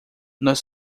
nós